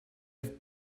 have